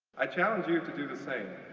i challenge you to do the same,